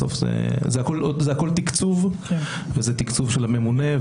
בסוף זה הכל תקצוב של הממונה.